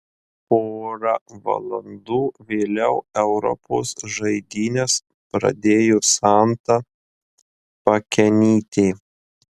pora valandų vėliau europos žaidynes pradėjo santa pakenytė